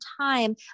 time